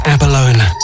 Abalone